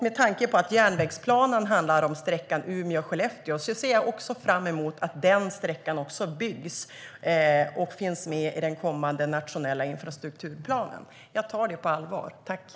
Med tanke på att järnvägsplanen handlar om sträckan Umeå-Skellefteå ser jag fram emot att den sträckan också byggs och finns med i den kommande nationella infrastrukturplanen. Jag tar det på allvar.